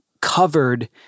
covered